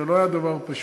זה לא היה דבר פשוט,